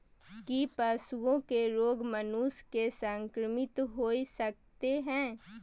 की पशुओं के रोग मनुष्य के संक्रमित होय सकते है?